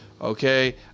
okay